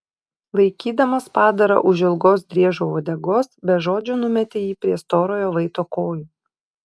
laikydamas padarą už ilgos driežo uodegos be žodžių numetė jį prie storojo vaito kojų